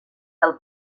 del